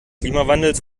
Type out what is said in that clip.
klimawandels